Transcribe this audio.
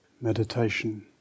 meditation